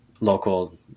local